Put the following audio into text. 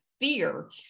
fear